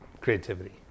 creativity